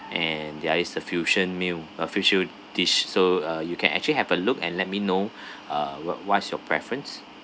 and ya is a fusion meal uh fusio~ dish so uh you can actually have a look and let me know uh what what is your preference